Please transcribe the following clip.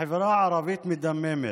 החברה הערבית מדממת.